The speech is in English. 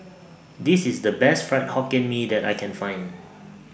This IS The Best Fried Hokkien Mee that I Can Find